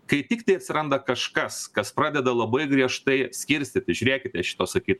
kai tiktai atsiranda kažkas kas pradeda labai griežtai skirstyti žiūrėkite šito sakyt